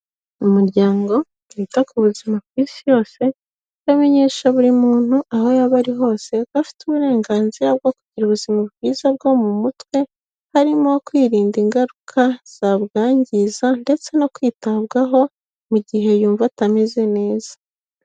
Umuryango wita ku buzima ku isi yose uramenyesha buri muntu aho yaba ari hose ko afite uburenganzira bwo kugira ubuzima bwiza bwo mu mutwe harimo: kwirinda ingaruka zabwangiza ndetse no kwitabwaho mu gihe yumva atameze neza..